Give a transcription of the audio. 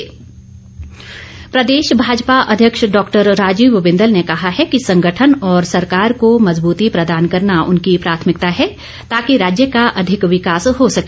बिंदल प्रदेश भाजपा अध्यक्ष डॉक्टर राजीव बिंदल ने कहा है कि संगठन और सरकार को मजबूती प्रदान करना उनकी प्राथमिकता है ताकि राज्य का अधिक विकास हो सके